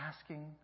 asking